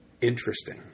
interesting